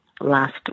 last